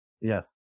Yes